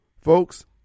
Folks